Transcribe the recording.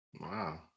Wow